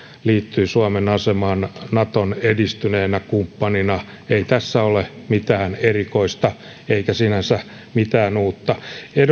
liittyy suomen asemaan naton edistyneenä kumppanina ei tässä ole mitään erikoista eikä sinänsä mitään uutta